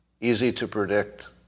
easy-to-predict